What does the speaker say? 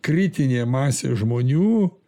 kritinė masė žmonių